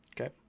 Okay